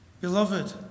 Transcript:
Beloved